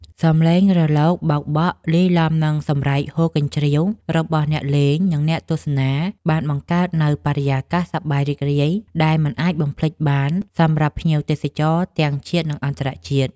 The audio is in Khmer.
សម្លេងរលកបោកបក់លាយឡំនឹងសម្រែកហ៊ោរកញ្ជ្រៀវរបស់អ្នកលេង និងអ្នកទស្សនា បានបង្កើតនូវបរិយាកាសសប្បាយរីករាយដែលមិនអាចបំភ្លេចបានសម្រាប់ភ្ញៀវទេសចរទាំងជាតិនិងអន្តរជាតិ។